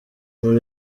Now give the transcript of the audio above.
muri